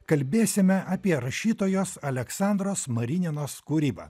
kalbėsime apie rašytojos aleksandros marininos kūrybą